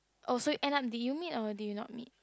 oh so end up did you meet or did you not meet